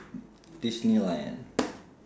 disneyland